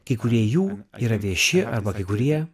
kai kurie jų yra vieši arba kai kurie